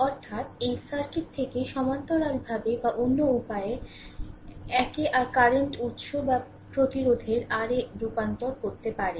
অর্থাৎ এই সার্কিট থেকে সমান্তরালভাবে বা অন্য উপায়ে একে আর কারেন্ট উৎস বা প্রতিরোধের আর এ রূপান্তর করতে পারে